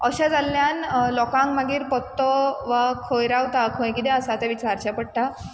अशें जाल्ल्यान लोकांक मागीर पत्तो वा खंय रावता खंय किदें आसा तें विचारचें पडटा